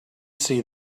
see